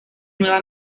nueva